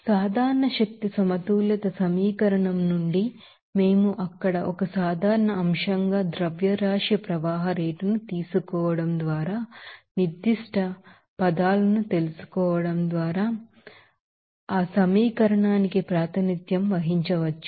సాధారణ శక్తి సమతుల్యత సమీకరణం నుండి మేము అక్కడ ఒక సాధారణ అంశంగా మాస్ ఫ్లో రేట్ ను తీసుకోవడం ద్వారా నిర్దిష్ట పదాలను తెలుసుకోవడం ద్వారా మీ పరంగా ఆ సమీకరణానికి ప్రాతినిధ్యం వహించవచ్చు